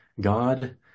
God